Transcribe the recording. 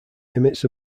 emits